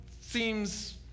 seems